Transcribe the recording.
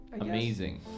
Amazing